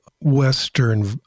Western